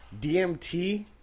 DMT